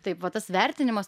taip va tas vertinimas